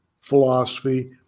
philosophy